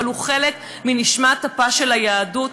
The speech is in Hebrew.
אבל הוא חלק מנשמת אפה של היהדות,